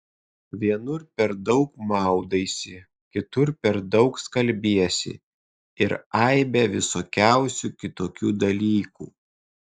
vienur per daug maudaisi kitur per daug skalbiesi ir aibę visokiausių kitokių dalykų